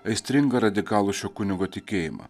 aistringą radikalų šio kunigo tikėjimą